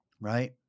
right